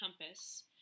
compass